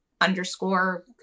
underscore